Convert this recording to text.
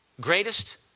greatest